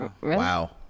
Wow